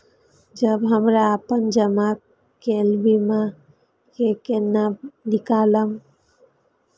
जब हमरा अपन जमा केल बीमा के केना निकालब?